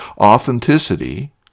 authenticity